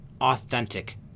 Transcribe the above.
authentic